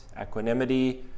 equanimity